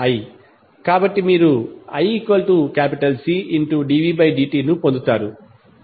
కాబట్టి మీరు iCdvdt ను పొందుతారు